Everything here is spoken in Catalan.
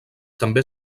també